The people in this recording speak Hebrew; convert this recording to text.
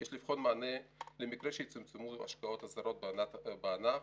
יש לבחון מענה למקרה שיצומצמו ההשקעות הזרות בענף.